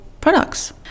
products